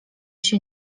się